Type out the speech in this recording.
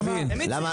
למה